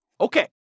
Okay